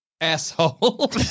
Asshole